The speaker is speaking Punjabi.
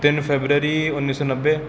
ਤਿੰਨ ਫਰਵਰੀ ਉੱਨੀ ਸੌ ਨੱਬੇ